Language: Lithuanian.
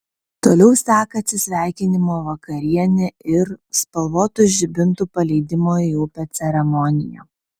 toliau seka atsisveikinimo vakarienė ir spalvotų žibintų paleidimo į upę ceremonija